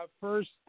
first